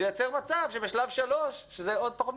תייצר מצב שבשלב שלוש שזה עוד פחות משבועיים,